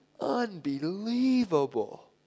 Unbelievable